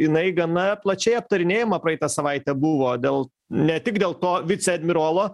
jinai gana plačiai aptarinėjama praeitą savaitę buvo dėl ne tik dėl to viceadmirolo